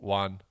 one